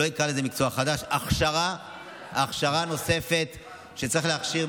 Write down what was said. לא נקרא לזה מקצוע חדש, הכשרה נוספת שצריך להכשיר.